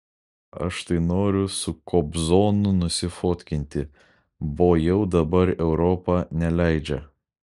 aš tai noriu su kobzonu nusifotkinti bo jau dabar europa neleidžia